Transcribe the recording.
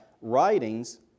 writings